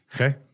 Okay